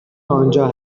آنجا